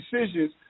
decisions